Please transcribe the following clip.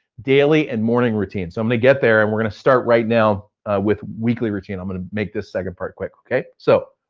daily and morning routines. so i'm gonna get there and we're gonna start right now with weekly routine. i'm gonna make this second part quick, okay? so